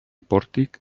pòrtic